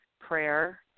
prayer